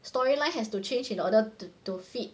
storyline has to change in order to to fit